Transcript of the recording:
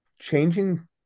changing